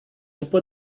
după